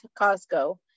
costco